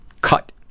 cut